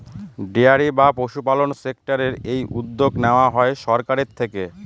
dairy বা পশুপালন সেক্টরের এই উদ্যোগ নেওয়া হয় সরকারের থেকে